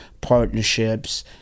partnerships